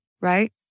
right